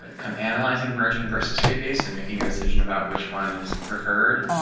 ah kind of analyzing merging versus freebase and making a decision about which one is preferred.